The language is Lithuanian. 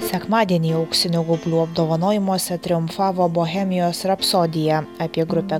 sekmadienį auksinių gaublių apdovanojimuose triumfavo bohemijos rapsodija apie grupę